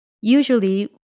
usually